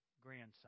grandson